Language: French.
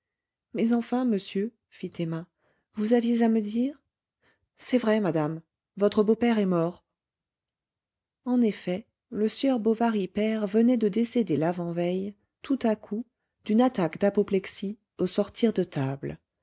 mais enfin monsieur fit emma vous aviez à me dire c'est vrai madame votre beau-père est mort en effet le sieur bovary père venait de décéder l'avant-veille tout à coup d'une attaque d'apoplexie au sortir de table